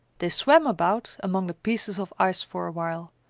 they swam about among the pieces of ice for a while,